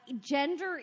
gender